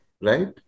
right